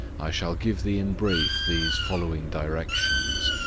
i shall give thee in brief these following directions.